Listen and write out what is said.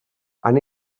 han